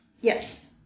Yes